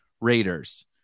Raiders